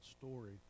story